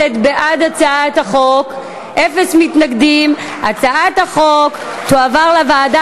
להעביר את הצעת חוק להגבלת שכר טרחת עורך-דין וגבייתו באמצעות ההוצאה